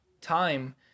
time